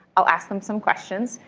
i'll ask them some questions.